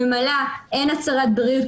ממלאת הן הצהרת בריאות,